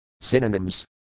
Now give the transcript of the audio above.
Synonyms